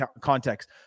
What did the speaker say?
context